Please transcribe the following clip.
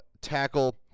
tackle